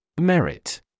Merit